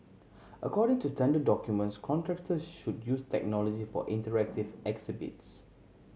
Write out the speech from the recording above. according to tender documents contractor should use technology for interactive exhibits